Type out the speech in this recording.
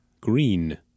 green